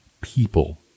people